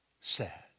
sad